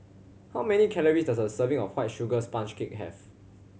how many calories does a serving of White Sugar Sponge Cake have